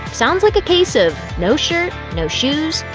sounds like a case of no shirt, no shoes,